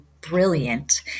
brilliant